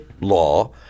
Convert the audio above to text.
law